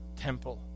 temple